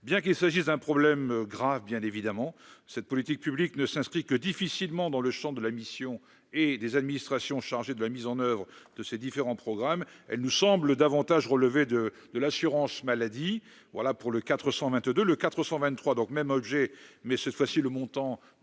bien qu'il s'agisse d'un problème grave, bien évidemment, cette politique publique ne s'inscrit que difficilement dans le Champ de la mission et des administrations chargées de la mise en oeuvre de ces différents programmes, elle nous semble davantage relever de de l'assurance maladie, voilà pour le 422 le 423 donc même objet, mais cette fois-ci, le montant